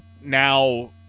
now